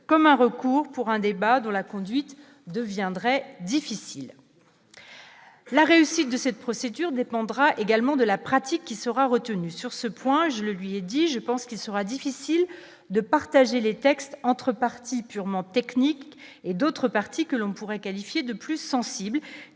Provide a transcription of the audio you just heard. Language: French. comme un recours pour un débat dans la conduite deviendrait difficile la réussite de cette procédure dépendra également de la pratique qui sera retenu sur ce point, je le lui ai dit : je pense qu'il sera difficile de partager les textes entre partis purement technique et d'autres partis que l'on pourrait qualifier de plus sensible